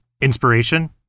Inspiration